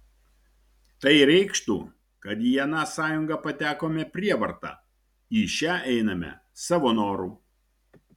tai reikštų kad į aną sąjungą patekome prievarta į šią einame savo noru